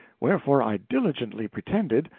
wherefore i diligently pretended,